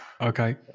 okay